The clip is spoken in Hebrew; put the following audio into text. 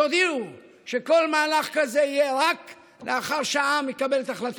תודיעו שכל מהלך כזה יהיה רק לאחר שהעם יקבל את החלטתו.